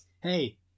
hey